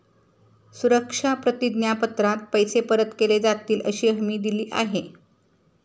सुरक्षा प्रतिज्ञा पत्रात पैसे परत केले जातीलअशी हमी दिली आहे